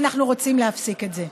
ואנחנו רוצים להפסיק את זה.